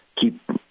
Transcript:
keep